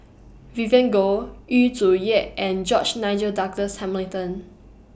Vivien Goh Yu Zhuye and George Nigel Douglas Hamilton